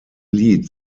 lied